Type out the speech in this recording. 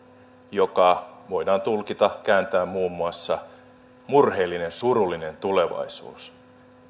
joka voidaan tulkita kääntää muun muassa murheellinen surullinen tulevaisuus